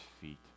feet